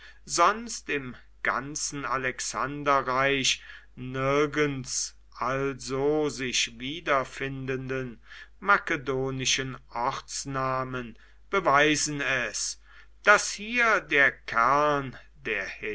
sonst im ganzen alexanderreich nirgends also sich wiederfindenden makedonischen ortsnamen beweisen es daß hier der kern der